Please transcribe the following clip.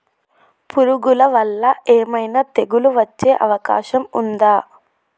పురుగుల వల్ల ఏమైనా తెగులు వచ్చే అవకాశం ఉందా?